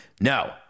No